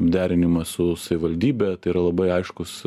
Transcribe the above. derinimas su savivaldybe tai yra labai aiškūs